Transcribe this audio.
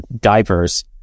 diapers